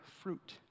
fruit